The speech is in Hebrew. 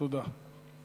תודה.